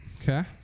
Okay